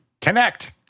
Connect